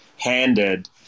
handed